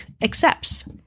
accepts